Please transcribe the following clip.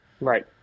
right